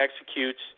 executes